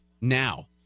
now